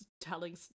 telling